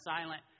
silent